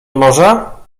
morza